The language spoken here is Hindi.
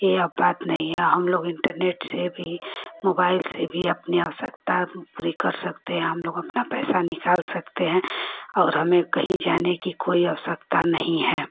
यह अब बात नहीं है हमलोग इन्टरनेट से भी मोबाइल से भी अपनी आवश्यकता पूरी कर सकते हैं हमलोग अपना पैसा निकाल सकते हैं और हमें कहीं जाने की कोई आवश्यकता नहीं है